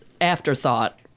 afterthought